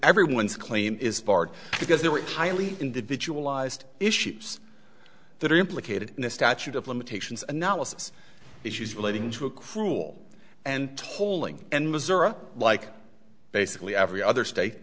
everyone's claim is barred because there were highly individualized issues that are implicated in a statute of limitations and not us issues relating to a cruel and tolling and missouri like basically every other state